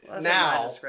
now